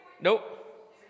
Nope